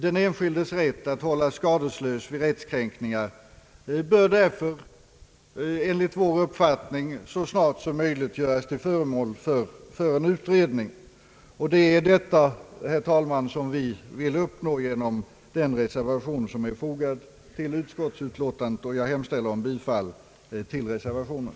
Den enskildes rätt att hållas skadeslös vid rättskränkningar bör därför så snart som möjligt göras till föremål för en utredning. Det är detta som vi vill uppnå genom den reservation som är fogad till utskottsutlåtandet. Jag hemställer, herr talman, om bifall till reservationen.